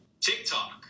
tiktok